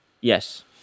Yes